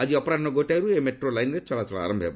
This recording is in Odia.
ଆଜି ଅପରାହ୍ନ ଗୋଟାଏରୁ ଏହି ମେଟ୍ରୋ ଲାଇନ୍ରେ ଚଳାଚଳ ଆରମ୍ଭ ହେବ